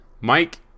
Mike